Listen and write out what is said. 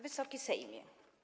Wysoki Sejmie!